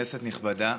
כנסת נכבדה,